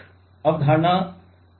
एक अवधारणा